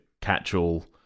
catch-all